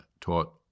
taught